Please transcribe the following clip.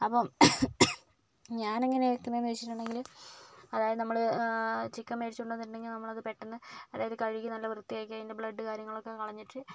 അപ്പോൾ ഞാൻ എങ്ങനെയാ വെക്കുന്നത് എന്ന് വെച്ചിട്ടുണ്ടെങ്കിൽ അതായത് നമ്മൾ മേടിച്ചു കൊണ്ട് വന്നിട്ടുണ്ടെങ്കിൽ നമ്മൾ അത് പെട്ടെന്ന് അതായത് അത് കഴുകി നല്ല വൃത്തിയാക്കി അതിൻ്റെ ബ്ലഡ് കാര്യങ്ങൾ ഒക്കെ കളഞ്ഞിട്ട്